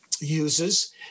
uses